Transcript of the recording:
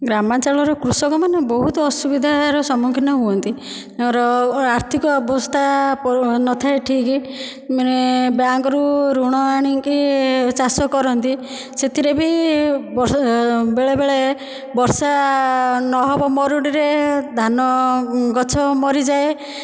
ଗ୍ରାମାଞ୍ଚଳର କୃଷକମାନେ ବହୁତ ଅସୁବିଧାର ସମ୍ମୁଖୀନ ହୁଅନ୍ତି ଧର ଆର୍ଥିକ ଅବସ୍ଥା ନଥାଏ ଠିକ୍ ମାନେ ବ୍ୟାଙ୍କରୁ ଋଣ ଆଣିକି ଚାଷ କରନ୍ତି ସେଥିରେ ବି ବେଳେବେଳେ ବର୍ଷା ନହେବ ମରୁଡ଼ିରେ ଧାନ ଗଛ ମରିଯାଏ